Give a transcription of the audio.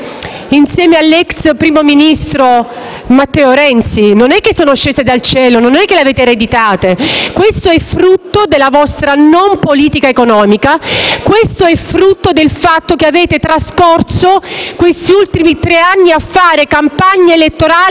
insieme all'ex primo ministro Matteo Renzi. Esse non sono scese dal cielo e non le avete ereditate, ma sono il frutto della vostra non politica economica, del fatto che avete trascorso questi ultimi tre anni a fare campagna elettorale a spese